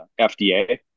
FDA